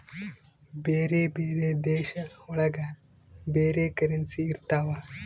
ಬೇರೆ ಬೇರೆ ದೇಶ ಒಳಗ ಬೇರೆ ಕರೆನ್ಸಿ ಇರ್ತವ